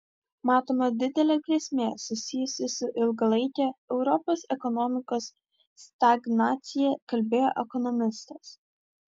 matoma didelė grėsmė susijusi su ilgalaike europos ekonomikos stagnacija kalbėjo ekonomistas